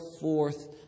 forth